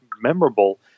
memorable